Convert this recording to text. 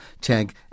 Tag